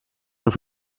und